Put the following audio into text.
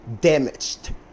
damaged